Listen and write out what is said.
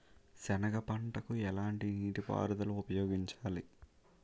సెనగ పంటకు ఎలాంటి నీటిపారుదల ఉపయోగించాలి?